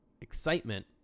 excitement